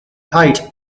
height